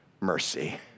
mercy